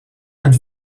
and